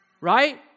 right